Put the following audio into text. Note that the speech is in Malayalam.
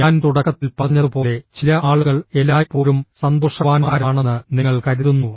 ഞാൻ തുടക്കത്തിൽ പറഞ്ഞതുപോലെ ചില ആളുകൾ എല്ലായ്പ്പോഴും സന്തോഷവാന്മാരാണെന്ന് നിങ്ങൾ കരുതുന്നു